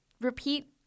repeat